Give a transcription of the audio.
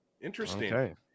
Interesting